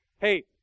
Hey